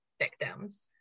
victims